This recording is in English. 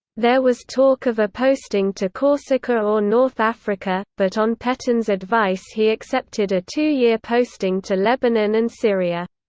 there was talk of a posting to corsica or north africa, but on petain's advice he accepted a two-year posting to lebanon and syria.